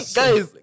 guys